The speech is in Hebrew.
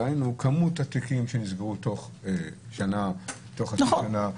דהיינו, כמות התיקים שנסגרו תוך שנה, תוך חצי שנה.